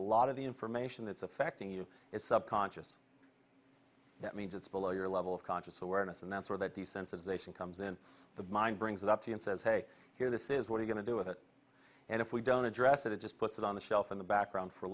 a lot of the information that's affecting you it's up conscious that means it's below your level of conscious awareness and that's where that desensitisation comes in the mind brings it up and says hey here this is what are going to do with it and if we don't address it it just puts it on the shelf in the background for